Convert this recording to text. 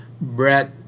Brett